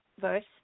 verse